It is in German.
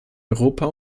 europa